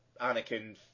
Anakin